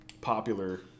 popular